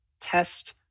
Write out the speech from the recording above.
test